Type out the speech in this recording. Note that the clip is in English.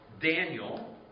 Daniel